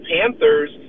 panthers